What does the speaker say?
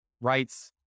rights